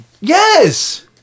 Yes